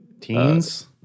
Teens